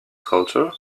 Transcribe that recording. culture